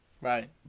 Right